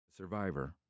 survivor